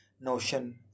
notion